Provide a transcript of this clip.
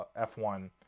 F1